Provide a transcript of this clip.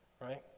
right